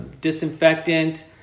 disinfectant